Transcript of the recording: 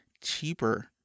cheaper